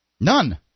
None